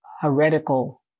heretical